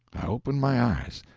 i opened my eyes.